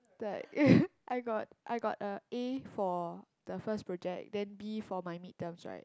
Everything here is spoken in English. the I got I got a A for the first project then B for my mid terms right